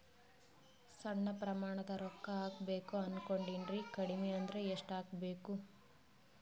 ಸಣ್ಣ ಪ್ರಮಾಣದ ರೊಕ್ಕ ಹಾಕಬೇಕು ಅನಕೊಂಡಿನ್ರಿ ಕಡಿಮಿ ಅಂದ್ರ ಎಷ್ಟ ಹಾಕಬೇಕು?